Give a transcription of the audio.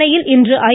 சென்னையில் இன்று ஐ